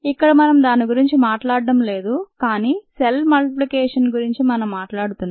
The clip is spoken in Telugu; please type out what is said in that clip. ఇక్కడ మనం దాని గురించి మాట్లాడటం లేదు కానీ సెల్ మల్టిప్లికేషన్ గురించి మనం మాట్లాడుతున్నాం